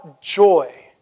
joy